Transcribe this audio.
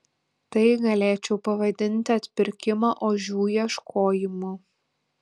tai galėčiau pavadinti atpirkimo ožių ieškojimu